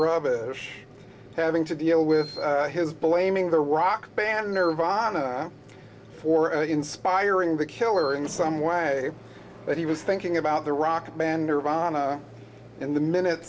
rubbish having to deal with his blaming the rock band nerve ana for inspiring the killer in some way but he was thinking about the rock band nirvana in the minute